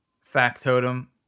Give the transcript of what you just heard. Factotum